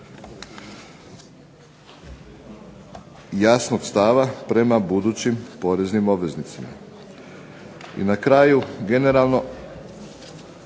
jasnog stava prema budućim poreznim obveznicima. I na kraju, generalno,